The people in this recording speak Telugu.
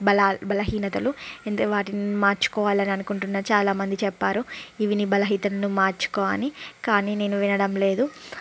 బల బలహీనతలు ఎంత వాటిని మార్చుకోవాలని అనుకుంటున్నా చాలా మంది చెప్పారు ఇవి నీ బలహీనతలు మార్చుకో అని కానీ నేను వినడం లేదు